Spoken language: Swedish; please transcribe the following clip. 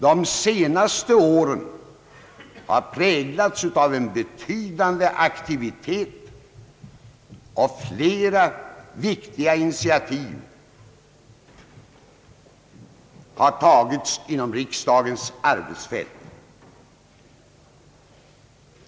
De senaste åren har präglats av en betydande aktivitet, och flera viktiga initiativ har tagits inom riksdagens arbetsfält.